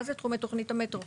מה זה תחומי תוכנית המטרו?